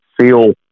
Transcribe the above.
feel